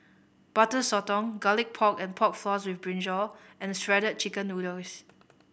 Butter Sotong Garlic Pork and Pork Floss with Brinjal and Shredded Chicken Noodles